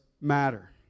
matter